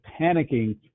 panicking